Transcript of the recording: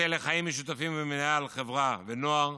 מטה לחיים משותפים ומינהל חברה ונוער.